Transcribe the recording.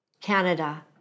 Canada